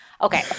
Okay